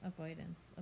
Avoidance